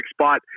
spot